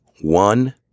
one